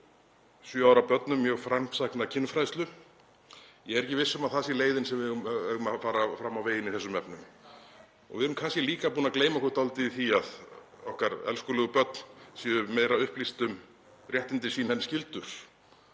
að vilja kenna sjö ára börnum mjög framsækna kynfræðslu. Ég er ekki viss um að það sé leiðin sem við eigum að fara fram á veginn í þessum efnum. Við erum kannski líka búin að gleyma okkur dálítið í því að okkar elskulegu börn séu meira upplýst um réttindi sín en skyldur